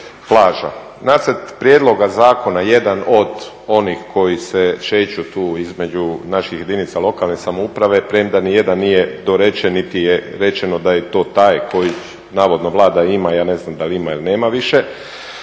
Nacrt prijedloga zakona, jedan od onih koji se šeću tu između naših jedinica lokalne samouprave premda ni jedan nije dorečen niti je rečeno da je to taj koji navodno Vlada ima. Ja ne znam da li ima ili nema više